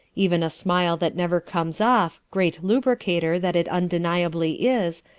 even a smile that never comes off, great lubricator that it undeniably is,